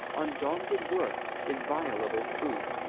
undaunted worth, inviolable truth!